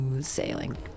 sailing